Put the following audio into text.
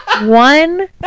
one